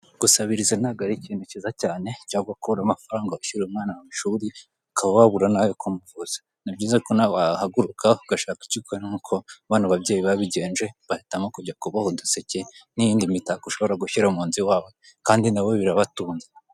Gusabiriza ntabwo ari ikintu cyiza cyane cyangwa kubura amafaranga wishyurira umwana mu ishuri ukaba wabura nayo kumuvuza ni byiza ko nawe wahaguruka ugashaka icyo ukora nk'uko bano babyeyi babigenje bahitamo kujya kuboha uduseke n'iyindi mitako ushobora gushyira mu nzu iwawe kandi nabo birabatunze.